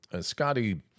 Scotty